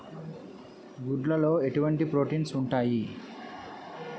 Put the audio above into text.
గుడ్లు లో ఎటువంటి ప్రోటీన్స్ ఉంటాయి?